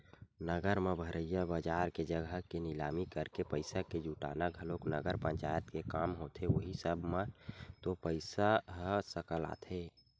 नगर म भरइया बजार के जघा के निलामी करके पइसा के जुटाना घलोक नगर पंचायत के काम होथे उहीं सब म तो पइसा ह सकलाथे